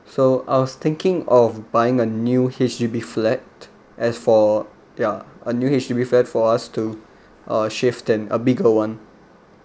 so I was thinking of buying a new H_D_B flat as for ya a new H_D_B for us to uh shift then a bigger one